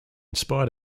spite